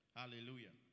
hallelujah